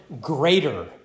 greater